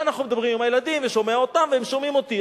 אנחנו מדברים עם הילדים ואני שומע אותם והם שומעים אותי.